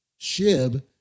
SHIB